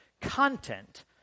content